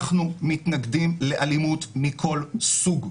אנחנו מתנגדים לאלימות מכל סוג.